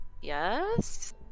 Yes